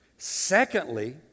Secondly